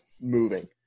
moving